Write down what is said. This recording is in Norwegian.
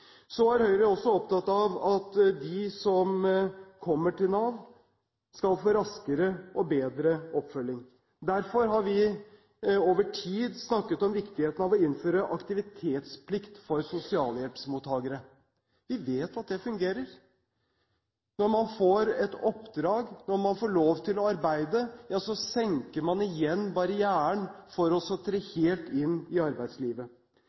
Så er Høyre også opptatt av at de som kommer til Nav, skal få raskere og bedre oppfølging. Derfor har vi over tid snakket om viktigheten av å innføre aktivitetsplikt for sosialhjelpsmottakere. Vi vet at det fungerer. Når man får et oppdrag, når man får lov til å arbeide, senker man igjen barrieren for å tre helt inn i arbeidslivet.